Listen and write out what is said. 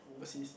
overseas